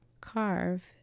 carve